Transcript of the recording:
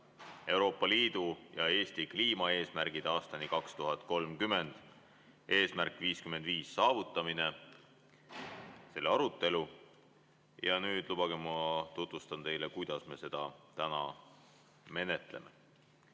"Euroopa Liidu ja Eesti kliimaeesmärgid aastani 2030 – "Eesmärk 55" saavutamine" arutelu. Nüüd lubage mul tutvustada teile, kuidas me seda täna menetleme.